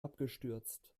abgestürzt